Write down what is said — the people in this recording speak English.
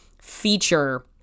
feature